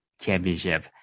championship